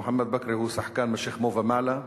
מוחמד בכרי הוא שחקן משכמו ומעלה.